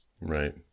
Right